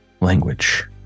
language